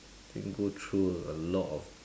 think go through a lot of